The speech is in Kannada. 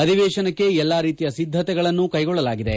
ಅಧಿವೇಶನಕ್ಕೆ ಎಲ್ಲ ರೀತಿಯ ಸಿದ್ಧತೆಗಳನ್ನು ಕೈಗೊಳ್ಳಲಾಗಿದೆ